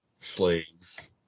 slaves